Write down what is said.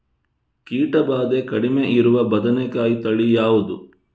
ಕೀಟ ಭಾದೆ ಕಡಿಮೆ ಇರುವ ಬದನೆಕಾಯಿ ತಳಿ ಯಾವುದು?